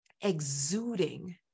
exuding